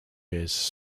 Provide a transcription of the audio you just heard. bears